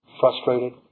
frustrated